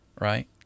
Right